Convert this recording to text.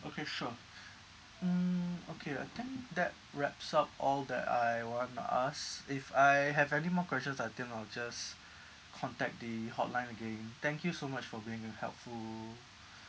okay sure mm okay I think that wraps up all that I want to ask if I have any more questions I think I'll just contact the hotline again thank you so much for being uh helpful